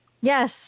Yes